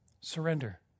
Surrender